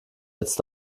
jetzt